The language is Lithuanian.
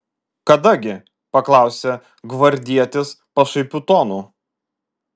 kada gi paklausė gvardietis pašaipiu tonu